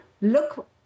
look